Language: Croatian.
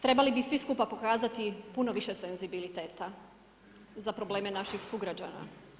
Trebali bi svi skupa pokazati puno više senzibiliteta za probleme naših sugrađana.